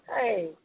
hey